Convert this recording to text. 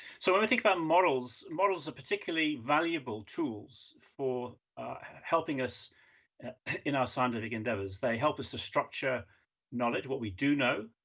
so when we think about models, models are particularly valuable tools for helping us in our scientific endeavors. they help us to structure knowledge, what we do know,